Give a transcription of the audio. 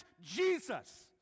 jesus